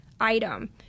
item